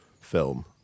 film